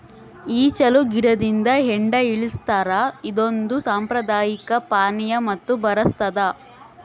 ಈಚಲು ಗಿಡದಿಂದ ಹೆಂಡ ಇಳಿಸ್ತಾರ ಇದೊಂದು ಸಾಂಪ್ರದಾಯಿಕ ಪಾನೀಯ ಮತ್ತು ಬರಸ್ತಾದ